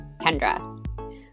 Kendra